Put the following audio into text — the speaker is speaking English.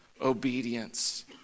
obedience